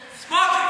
סמוֹטריץ.